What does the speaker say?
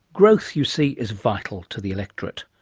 growth, you see is vital to the electorate.